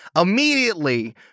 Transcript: Immediately